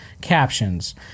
captions